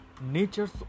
nature's